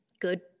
good